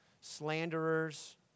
Slanderers